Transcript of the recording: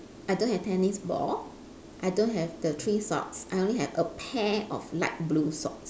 I don't have tennis ball I don't have the three socks I only have a pair of light blue socks